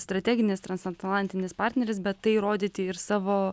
strateginis transatlantinis partneris bet tai rodyti ir savo